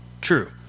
True